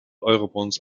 eurobonds